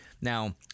Now